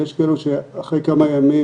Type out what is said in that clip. יש כאלה שכבר אחרי כמה ימים,